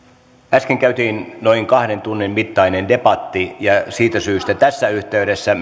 äsken käytiin noin kahden tunnin mittainen debatti ja siitä syystä tässä yhteydessä